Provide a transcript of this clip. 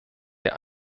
der